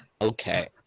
Okay